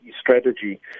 strategy